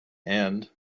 and